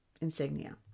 insignia